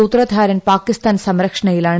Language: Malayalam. സൂത്രധാരൻ പാകിസ്ഥാൻ സംരക്ഷണയിലാണ്